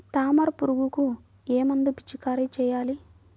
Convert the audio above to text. తామర పురుగుకు ఏ మందు పిచికారీ చేయాలి?